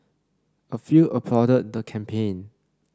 a few applauded the campaign